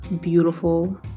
beautiful